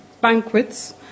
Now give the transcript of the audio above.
banquets